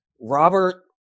Robert